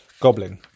goblin